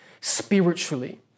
spiritually